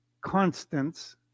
constants